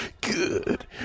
Good